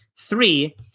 three